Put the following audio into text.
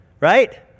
Right